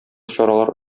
чаралар